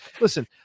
listen